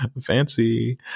fancy